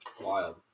wild